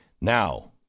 Now